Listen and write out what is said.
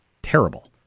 terrible